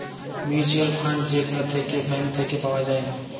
mutual fund যে গুলা থাক্যে ব্যাঙ্ক থাক্যে পাওয়া যায়